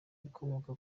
ibikomoka